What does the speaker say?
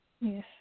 Yes